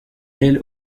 ailes